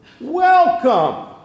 Welcome